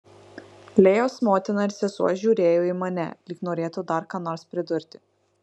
lėjos motina ir sesuo žiūrėjo į mane lyg norėtų dar ką nors pridurti